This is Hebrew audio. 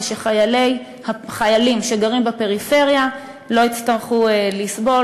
ושחיילים שגרים בפריפריה לא יצטרכו לסבול